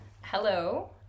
Hello